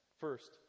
First